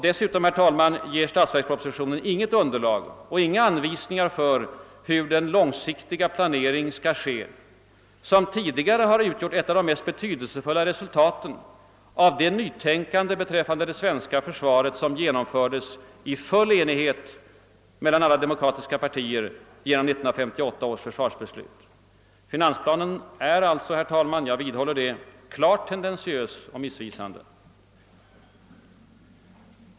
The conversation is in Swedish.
Dessutom, herr talman, ger statsverkspropositionen inget underlag och inga anvisningar för hur den långsiktiga planering skall ske som tidigare har utgjort ett av de mest betydelsefulla resultaten av det nytänkande beträffande det svenska försvaret som genomfördes i full enighet mellan alla demokratiska partier genom 1958 års försvarsbeslut. Finansplanen är alltså — jag vidhåller det — klart tendentiös och missvisande.